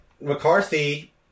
McCarthy